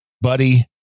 buddy